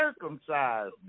circumcised